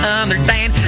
understand